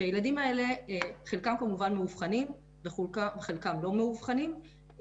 שהילדים האלה חלקם כמובן מאובחנים וחלקם לא מאובחנים,